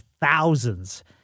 thousands